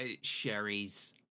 sherry's